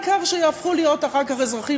העיקר שיהפכו להיות אחר כך אזרחים